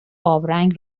آبرنگ